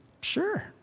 Sure